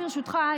ברשותך,